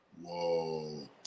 Whoa